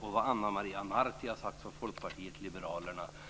och Ana Maria Narti från Folkpartiet liberalerna har sagt i dag.